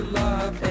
love